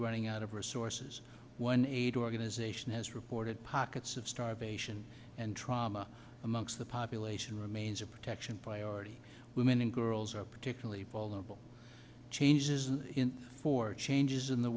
running out of resources one aid organization has reported pockets of starvation and trauma amongst the population remains a protection priority women and girls are particularly vulnerable changes for changes in the